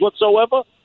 whatsoever